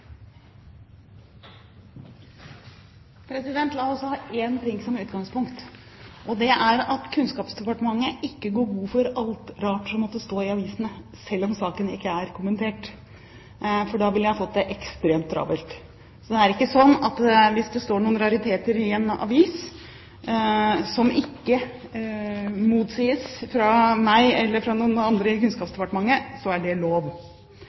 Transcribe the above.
La oss ha én ting som utgangspunkt, og det er at Kunnskapsdepartementet ikke går god for alt det rare som måtte stå i avisene, selv om saken ikke er kommentert, for da ville jeg ha fått det ekstremt travelt. Det er ikke slik at hvis det står noen rariteter i en avis som ikke motsies av meg eller noen andre i Kunnskapsdepartementet, så er det lov.